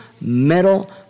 metal